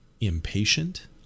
impatient